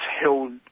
held